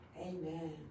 Amen